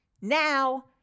Now